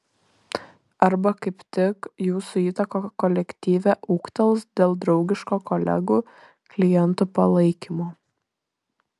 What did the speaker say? arba kaip tik jūsų įtaka kolektyve ūgtels dėl draugiško kolegų klientų palaikymo